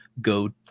go